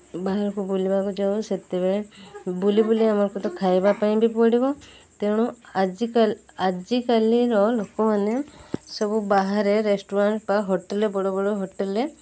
ବାହାରକୁ ବୁଲିବାକୁ ଯାଉ ସେତେବେଳେ ବୁଲି ବୁଲି ଆମକୁ ତ ଖାଇବା ପାଇଁ ବି ପଡ଼ିବ ତେଣୁ ଆଜିକା ଆଜିକାଲିର ଲୋକମାନେ ସବୁ ବାହାରେ ରେଷ୍ଟୁରାଣ୍ଟ୍ ବା ହୋଟେଲ୍ ବଡ଼ ବଡ଼ ହୋଟେଲ୍ରେ